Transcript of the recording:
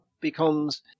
becomes